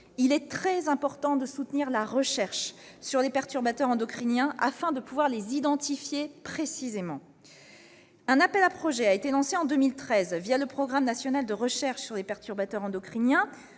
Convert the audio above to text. il est très important de soutenir la recherche sur les perturbateurs endocriniens, afin de pouvoir les identifier précisément. Très bien ! Un appel à projets a été lancé en 2013, le programme national de recherche sur les perturbateurs endocriniens,